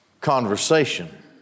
conversation